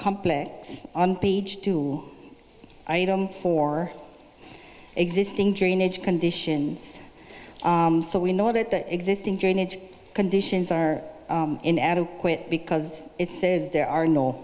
complex on page two item for existing drainage conditions so we know that the existing drainage conditions are inadequate because it says there are no